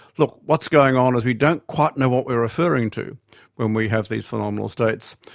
look, what's going on is we don't quite know what we're referring to when we have these phenomenal states,